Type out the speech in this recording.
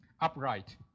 upright